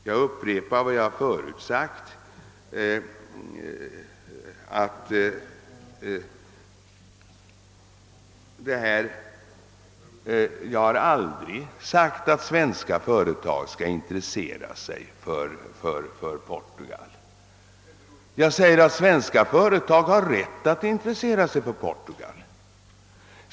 Jag upprepar vad jag har sagt förut: jag har aldrig påstått att svenska företag skall intressera sig för Portugal. Men jag säger att svenska företag har rätt att intressera sig för Portugal.